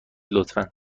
لطفا